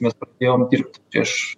mes pradėjom dirbti prieš